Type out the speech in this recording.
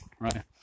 right